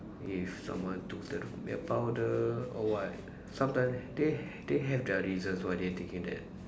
if someone took the milk powder or what sometimes they they have their reasons why they are taking that